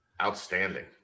outstanding